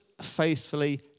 faithfully